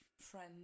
friend